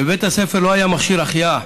בבית הספר לא היה מכשיר החייאה.